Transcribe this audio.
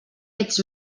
ets